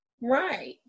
Right